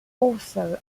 also